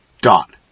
dot